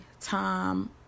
time